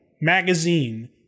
magazine